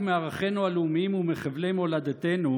מערכינו הלאומיים ומחבלי מולדתנו,